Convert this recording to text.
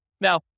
Now